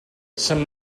some